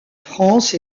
france